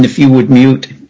and if you would mute